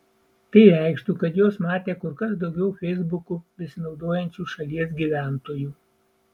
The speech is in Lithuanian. tai reikštų kad juos matė kur kas daugiau feisbuku besinaudojančių šalies gyventojų